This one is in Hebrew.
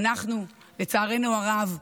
לצערנו הרב,